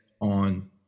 on